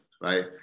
right